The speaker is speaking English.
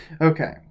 Okay